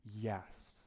yes